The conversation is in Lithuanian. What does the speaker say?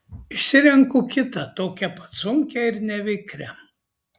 išsirenku kitą tokią pat sunkią ir nevikrią